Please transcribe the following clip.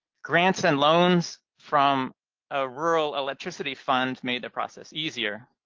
grants and loans from a rural electricity fund made the process easier,